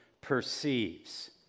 perceives